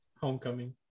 Homecoming